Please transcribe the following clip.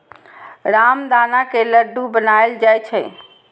रामदाना के लड्डू बनाएल जाइ छै